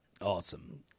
Awesome